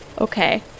okay